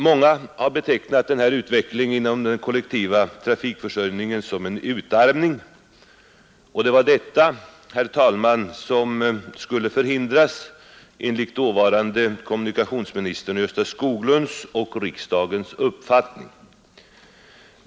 Många har betecknat denna utveckling inom den kollektiva trafikförsörjningen som en utarmning, och det var detta, herr talman, som skulle förhindras enligt dåvarande kommunikationsminister Gösta Skoglunds och riksdagens uppfattning.